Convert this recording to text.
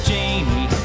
Jamie